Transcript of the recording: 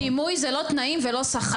דימוי זה לא תנאים ולא שכר.